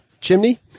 chimney